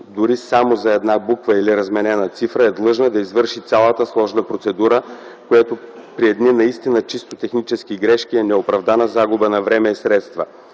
дори само за една буква или разменена цифра, е длъжна да извърши цялата сложна процедура, което при едни наистина чисто технически грешки е неоправдана загуба на време и средства.